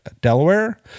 Delaware